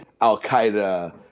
Al-Qaeda